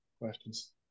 questions